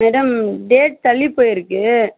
madam date தள்ளி போயிருக்குது